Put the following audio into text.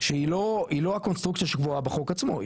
שהיא לא היא לא הקונסטרוקציה שקבועה בחוק עצמו.